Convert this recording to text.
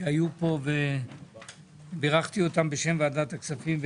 שהיו פה ובירכתי אותם בשם ועדת הכספים,